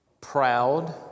proud